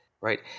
right